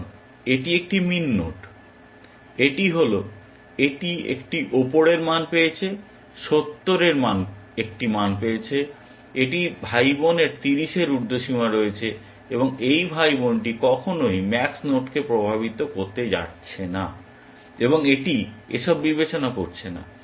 কারণ এটি একটি মিন নোড এটি হল এটি একটি উপরের মান পেয়েছে 70 এর একটি মান পেয়েছে এটির ভাইবোনের 30 এর উর্দ্ধসীমা রয়েছে এবং এই ভাইবোনটি কখনই ম্যাক্স নোডকে প্রভাবিত করতে যাচ্ছে না এবং এটি এ সব বিবেচনা করছে না